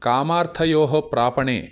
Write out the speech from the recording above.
कामार्थयोः प्रापणे